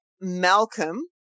Malcolm